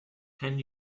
can